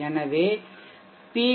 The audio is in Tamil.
எனவே பி